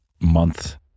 month